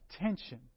Attention